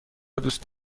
دوست